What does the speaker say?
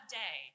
day